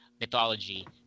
mythology